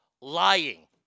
lying